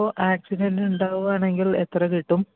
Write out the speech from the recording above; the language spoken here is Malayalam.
അപ്പോ ആക്സിഡൻ്റ് ഉണ്ടാവുകയാണെങ്കിൽ എത്ര കിട്ടും